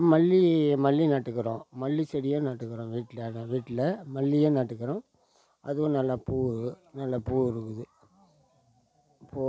மல்லி மல்லி நட்டுருக்குறோம் மல்லி செடியை நட்டுருக்குறோம் வீட்டில் அதான் வீட்டில் மல்லியும் நட்டுருக்குறோம் அதுவும் நல்லா பூ நல்ல பூ இருக்குது பூ